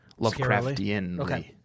Lovecraftianly